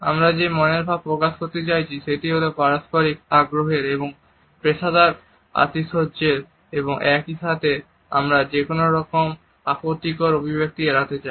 আমরা যে মনের ভাব প্রকাশ করতে চাইছি সেটি হল পারস্পরিক আগ্রহের এবং পেশাদার আতিশয্যের এবং একই সাথে আমরা যেকোন রকম আপত্তিকর অভিব্যক্তি এড়াতে চাই